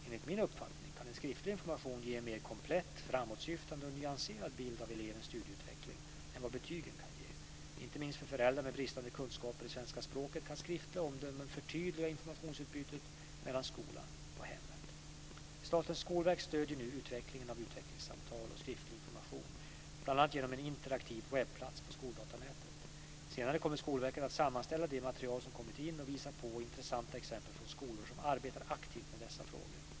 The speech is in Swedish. Enligt min uppfattning kan en skriftlig information ge en mer komplett, framåtsyftande och nyanserad bild av elevens studieutveckling än vad betygen kan ge. Inte minst för föräldrar med bristande kunskaper i svenska språket kan skriftliga omdömen förtydliga informationsutbytet mellan skolan och hemmet. Statens skolverk stöder nu utvecklingen av utvecklingssamtal och skriftlig information, bl.a. genom en interaktiv webbplats på skoldatanätet. Senare kommer Skolverket att sammanställa det material som kommit in och visa på intressanta exempel från skolor som arbetar aktivt med dessa frågor.